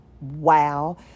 wow